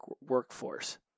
workforce